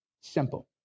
Simple